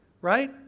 right